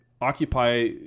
occupy